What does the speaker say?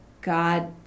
God